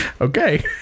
Okay